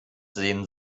sehen